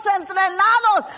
entrenados